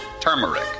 turmeric